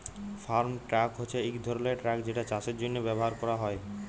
farm truck হছে ইক ধরলের ট্রাক যেটা চাষের জ্যনহে ব্যাভার ক্যরা হ্যয়